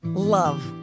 love